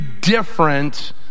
different